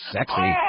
Sexy